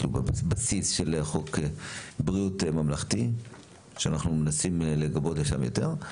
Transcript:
כאילו בבסיס של חוק בריאות ממלכתי שאנחנו מנסים לגבות לשם יותר.